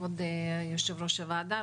כבוד יו"ר הוועדה,